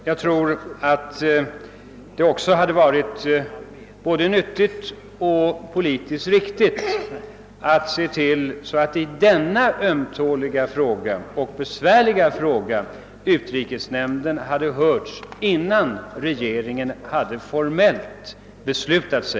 Jag tror också att det hade varit både nyttigt och politiskt riktigt att i denna ömtåliga och besvärliga fråga utrikesnämnden hade hörts innan regeringen formellt beslutade.